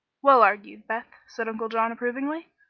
well argued, beth, said uncle john, approvingly.